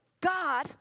God